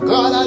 God